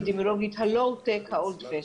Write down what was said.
האפידמיולוגית הלואו-טק, האולד פאשן.